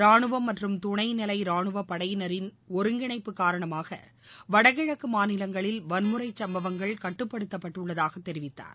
ரானுவம் மற்றும துணைநிலை ரானுவப் படையினரின் ஒருங்கிணைப்பு காரணமாக வடகிழக்கு மாநிலங்களில் வன்முறைச் சம்பவங்கள் கட்டுப்படுத்தப்பட்டுள்ளதாகத் தெரிவித்தார்